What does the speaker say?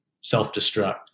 self-destruct